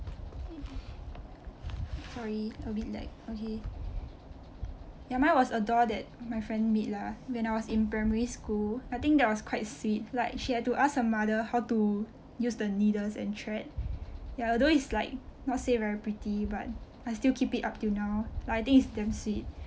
sorry a bit lag okay ya mine was a doll that my friend made lah when I was in primary school I think that was quite sweet like she had to ask her mother how to use the needles and thread ya although it's like not say very pretty but I still keep it up till now like I think it's damn sweet